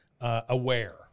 aware